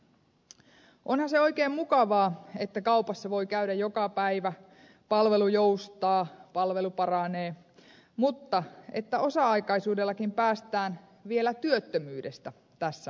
onhan se oikein mukavaa että kaupassa voi käydä joka päivä palvelu joustaa palvelu paranee mutta että osa aikaisuudellakin päästään vielä työttömyydestä tässä maassa